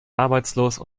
arbeitslos